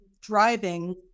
driving